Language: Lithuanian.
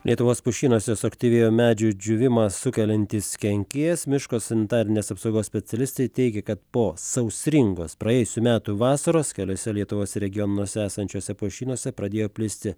lietuvos pušynuose suaktyvėjo medžių džiūvimą sukeliantis kenkėjas miško sanitarinės apsaugos specialistai teigia kad po sausringos praėjusių metų vasaros keliuose lietuvos regionuose esančiuose pušynuose pradėjo plisti